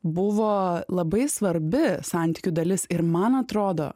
buvo labai svarbi santykių dalis ir man atrodo